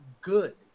good